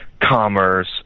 commerce